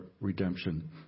redemption